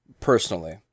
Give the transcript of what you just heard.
Personally